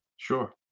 Sure